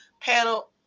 panel